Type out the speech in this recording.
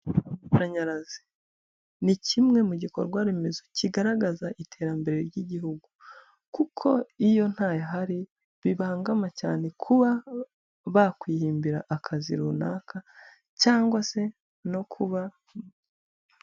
Amashanyarazi ni kimwe mu bikorwa remezo kigaragaza iterambere ry'igihugu, kuko iyo ntahari bibangama cyane kuba bakwihimbira akazi runaka cyangwa se no kuba...